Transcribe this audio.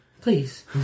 Please